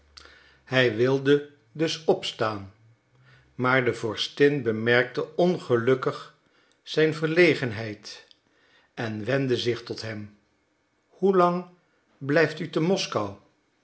hij wilde dus opstaan maar de vorstin bemerkte ongelukkig zijn verlegenheid en wendde zich tot hem hoe lang blijft u te moskou